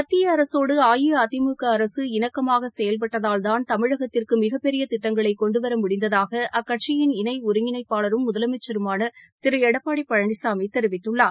மத்திய அரசோடு அஇஅதிமுக அரசு இணக்கமாக செயல்பட்டதால்தான் தமிழகத்திற்கு மிகப்பெரிய திட்டங்களை கொன்டு வர முடிந்ததாக அக்கட்சியின் இணை ஒருங்கிணைப்பாளரும் முதலனமச்சருமான திரு எடப்பாடி பழனிசாமி தெரிவித்துள்ளார்